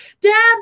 Dad